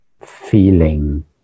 feeling